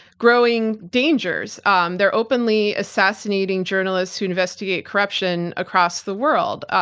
growing dangers. um they're openly assassinating journalists who investigatecorruption across the world.